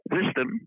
Wisdom